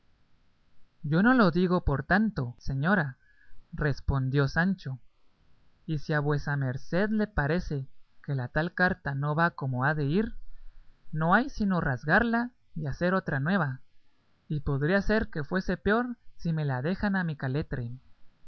yo no lo digo por tanto señora respondió sancho y si a vuesa merced le parece que la tal carta no va como ha de ir no hay sino rasgarla y hacer otra nueva y podría ser que fuese peor si me lo dejan a mi caletre